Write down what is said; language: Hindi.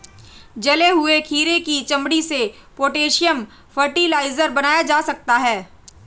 जले हुए खीरे की चमड़ी से पोटेशियम फ़र्टिलाइज़र बनाया जा सकता है